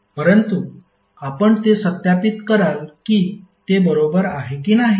परंतु आपण ते सत्यापित कराल की ते बरोबर आहे की नाही